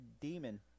demon